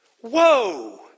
whoa